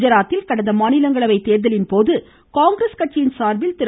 குஜராத்தில் கடந்த மாநிலங்களவை தேர்தலின் போது காங்கிரஸ் கட்சியின் திரு